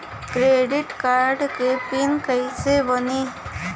Credit card के pin कैसे बनी?